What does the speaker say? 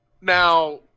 Now